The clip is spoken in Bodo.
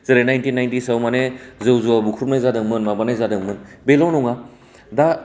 जेरै नाइनटिन नाइटिसोआव माने जौ जुवा बुख्रुबनाय जादों मानाय जादोंमोन बेल' नङा दा